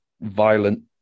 violent